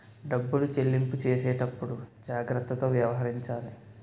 డబ్బులు చెల్లింపు చేసేటప్పుడు జాగ్రత్తతో వ్యవహరించాలి